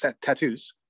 tattoos